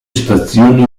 stazioni